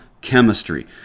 chemistry